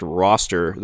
roster